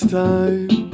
time